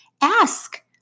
Ask